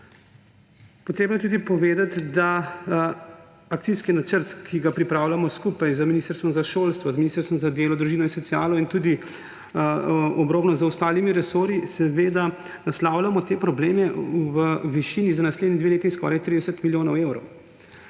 Potrebno je tudi povedati, da akcijski načrt, ki ga pripravljamo skupaj z Ministrstvom za šolstvo, z Ministrstvom za delo, družino in socialo in tudi obrobno z ostalimi resorji, naslavljamo te probleme za naslednji leti v višini skoraj 30 milijonov evrov.